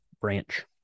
branch